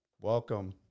welcome